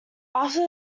after